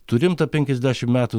turime tą penkiasdešimt metų